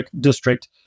District